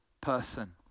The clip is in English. person